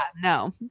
no